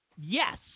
Yes